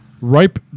ripe